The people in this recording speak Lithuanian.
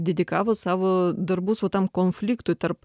dedikavo savo darbus va tam konfliktui tarp